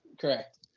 Correct